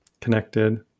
connected